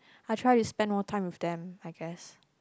I try to spend more time with them I guess